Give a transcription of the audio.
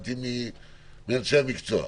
שהבנתי מאנשי המקצוע.